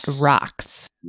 rocks